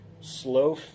slow